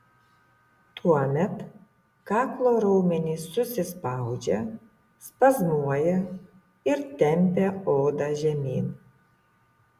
tuomet kaklo raumenys susispaudžia spazmuoja ir tempia odą žemyn